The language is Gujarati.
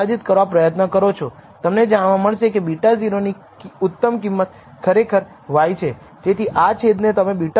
જ્યારે β1 ના કિસ્સામાં તમે નલ પૂર્વધારણાને નકારી કાઢશો એટલે કે તમે નિષ્કર્ષ કાઢશો કે β1 નોંધપાત્ર છે જો તમે ખૂબ નીચા મહત્વનું મૂલ્ય 0